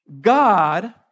God